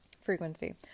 frequency